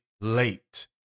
late